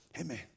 Amen